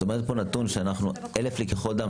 את אומרת פה נתון של כאלף לקיחות דם.